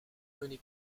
mené